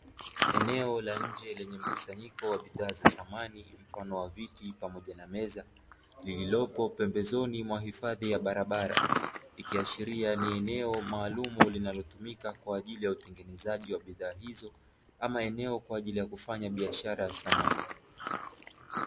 Eneo la nje lenye mkusanyiko wa bidhaa za samani mfano wa viti pamoja na meza, lililopo pembezoni mwa hifadhi ya barabara, ikiashiria ni eneo maalumu linalotumika kwa ajili ya utengenezaji wa bidhaa hizo ama eneo la kufanya biashara ya samani.